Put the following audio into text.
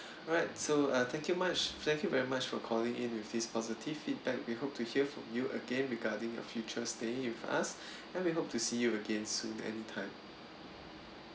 alright so uh thank you much thank you very much for calling in with this positive feedback we hope to hear from you again regarding a future staying with us and we hope to see you again soon anytime